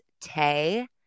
Tay